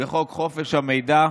בחוק חופש המידע,